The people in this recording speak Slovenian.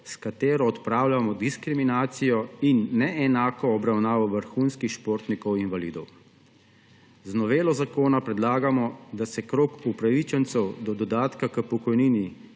s katero odpravljamo diskriminacijo in neenako obravnavo vrhunskih športnikov invalidov. Z novelo zakona predlagamo, da se krog upravičencev do dodatka k pokojnini,